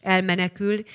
Elmenekül